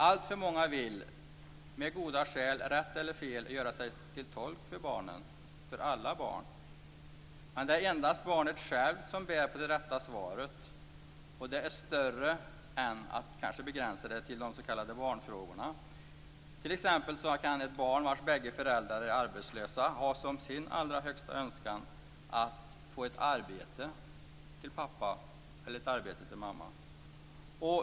Alltför många vill med goda skäl, rätt eller fel, göra sig till tolk för barnen - för alla barn. Men det är endast barnet själv som bär på det rätta svaret, och det är större än och inte begränsat till de s.k. barnfrågorna. Ett barn vars bägge föräldrar är arbetslösa kan t.ex. ha som sin allra högsta önskan att få ett arbete till pappa eller mamma.